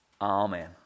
amen